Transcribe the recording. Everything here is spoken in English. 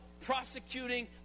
prosecuting